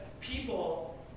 people